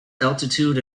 altitude